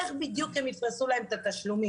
איך בדיוק הם יפרסו להם את התשלומים?